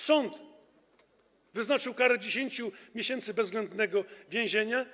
Sąd wyznaczył karę 10 miesięcy bezwzględnego więzienia.